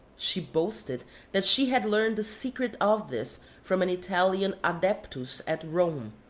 she boasted that she had learned the secret of this from an italian adeptus at rome,